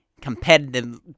competitive